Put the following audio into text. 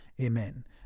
Amen